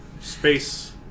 Space